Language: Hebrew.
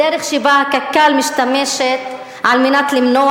הדרך שבה קק"ל משתמשת על מנת למנוע